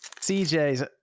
cj's